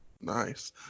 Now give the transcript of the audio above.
Nice